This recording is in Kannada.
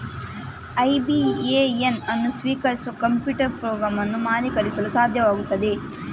ಐ.ಬಿ.ಎ.ಎನ್ ಅನ್ನು ಸ್ವೀಕರಿಸುವ ಕಂಪ್ಯೂಟರ್ ಪ್ರೋಗ್ರಾಂ ಅನ್ನು ಮೌಲ್ಯೀಕರಿಸಲು ಸಾಧ್ಯವಾಗುತ್ತದೆ